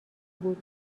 بود